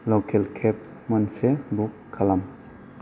लकेल केब मोनसे बुक खालाम